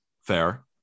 Fair